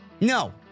No